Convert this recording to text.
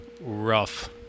Rough